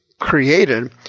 created